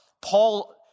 Paul